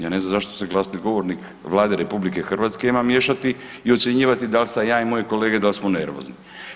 Ja ne znam zašto se glasnogovornik Vlade RH ima miješati i ucjenjivati dal sam ja i moje kolege dal smo nervozni.